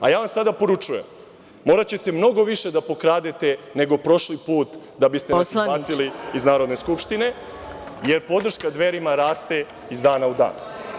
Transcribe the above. Ja vam sada poručujem, moraćete mnogo više da pokradete nego prošli put da biste nas izbacili iz Narodne skupštine, jer podrška Dverima raste iz dana u dan.